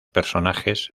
personajes